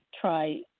try